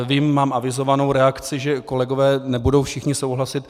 Vím, mám avizovanou reakci, že kolegové nebudou všichni souhlasit.